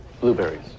Blueberries